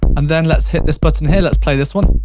and then let's hit this button here let's play this one.